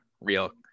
real